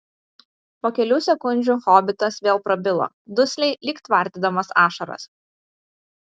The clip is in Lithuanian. po kelių sekundžių hobitas vėl prabilo dusliai lyg tvardydamas ašaras